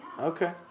Okay